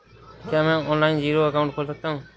क्या मैं online zero account खोल सकता हूँ?